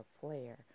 flare